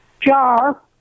jar